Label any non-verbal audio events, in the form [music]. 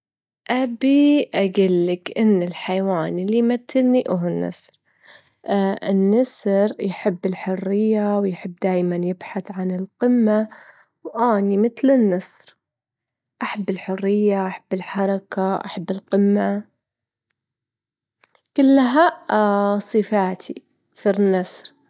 في ظهيرة يوم مشمس [hesitation] بدأت- بدأت لعبة طفل صغير إنها تتكلم، كانت اللعبة جديمة مرة، فجأة اللعبة جالت للطفل إنها كانت تنتظره عشان تفتح له أسرار ماضي عائلته، الطفل ما كان يصدق بس بدا يكتشف أشيا يديدة.